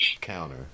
counter